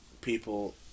people